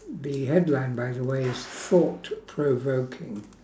the headline by the way is thought provoking